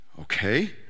okay